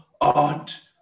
art